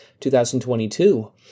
2022